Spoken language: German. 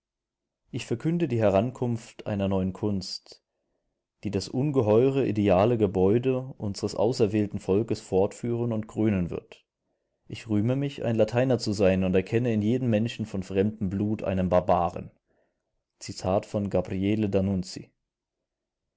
ich verkünde die herankunft einer neuen kunst die das ungeheure ideale gebäude unseres auserwählten volkes fortführen und krönen wird ich rühme mich ein lateiner zu sein und erkenne in jedem menschen von fremdem blut einen barbaren gabriele d'annunzio